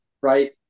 Right